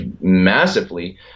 massively